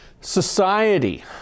Society